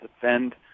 defend